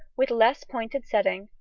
with less pointed setting,